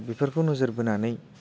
बिफोरखौ नोजोर बोनानै